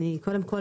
אני קודם כל,